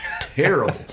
terrible